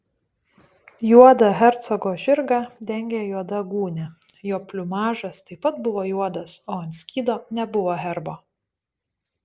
juodą hercogo žirgą dengė juoda gūnia jo pliumažas taip pat buvo juodas o ant skydo nebuvo herbo